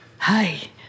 Hi